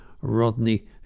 Rodney